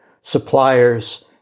suppliers